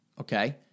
okay